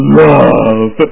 love